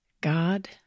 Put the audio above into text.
God